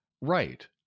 right